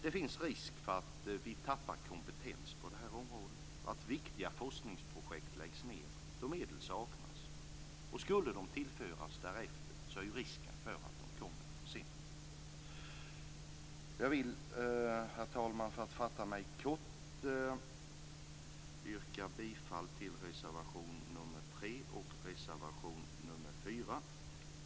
Det finns risk för att vi tappar kompetens på det här området och för att viktiga forskningsprojekt läggs ned då medel saknas. Skulle medlen tillföras därefter är risken att de kommer för sent. Herr talman! För att fatta mig kort vill jag yrka bifall till reservationerna nr 3 och 4.